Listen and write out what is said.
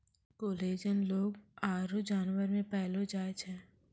collagen लोग आरु जानवर मे पैलो जाय छै